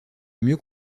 mieux